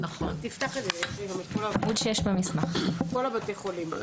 יש את כל בתי החולים.